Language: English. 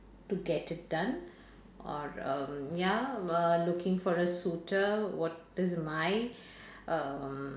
to get it done or um ya uh looking for a suitor what is my um